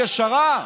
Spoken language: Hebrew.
ישרה,